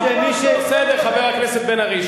בסדר, חבר הכנסת בן-ארי.